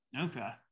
Okay